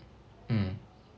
mm